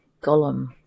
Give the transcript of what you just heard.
golem